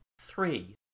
Three